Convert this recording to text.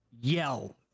Yell